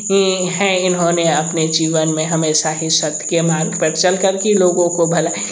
जी हैं इन्होंने अपने जीवन में हमेशा ही सत्य के मार्ग पर चल कर के लोगों को भलाई